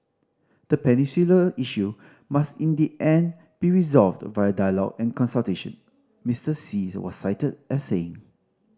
the peninsula issue must in the end be resolved via dialogue and consultation Mister Xi was cited as saying